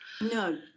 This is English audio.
No